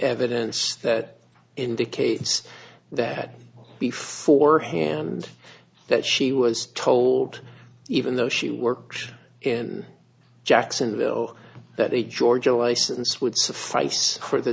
evidence that indicates that before hand that she was told even though she worked in jacksonville that a georgia license would suffice for the